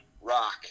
Rock